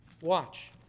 Watch